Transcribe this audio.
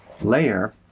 layer